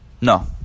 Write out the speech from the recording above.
no